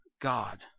God